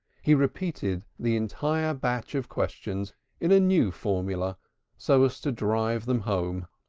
he repeated the entire batch of questions in a new formula so as to drive them home.